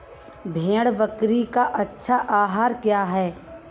भेड़ बकरी का अच्छा आहार क्या है?